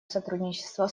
сотрудничества